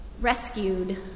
rescued